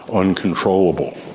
uncontrollable.